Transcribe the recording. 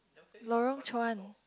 Lorong Chuan